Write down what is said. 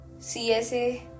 CSA